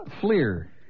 Fleer